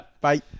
Bye